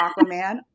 Aquaman